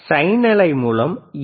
sign அலை மூலம் ஏ